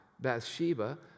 Bathsheba